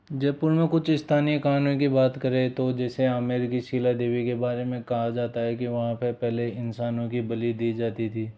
जयपुर में कुछ स्थानीय कहानियों की बात करें तो जैसे आमेर की शिला देवी के बारे में कहा जाता है कि वहाँ पर पहले इंसानों की बलि दी जाती थी